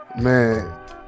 man